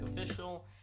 official